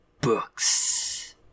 books